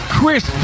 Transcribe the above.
Chris